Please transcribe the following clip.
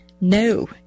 no